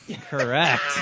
Correct